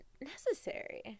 necessary